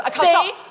See